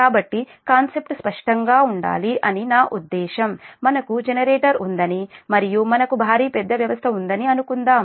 కాబట్టి కాన్సెప్ట్ స్పష్టంగా ఉండాలి అని నా ఉద్దేశ్యం మనకు జనరేటర్ ఉందని మరియు మనకు భారీ పెద్ద వ్యవస్థ ఉందని అనుకుందాం